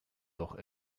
doch